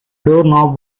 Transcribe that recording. doorknob